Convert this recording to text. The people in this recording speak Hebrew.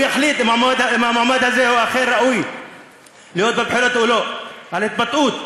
הוא יחליט אם מועמד זה או אחר ראוי להיות בבחירות או לא על התבטאות,